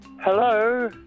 Hello